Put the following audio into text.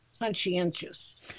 conscientious